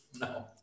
No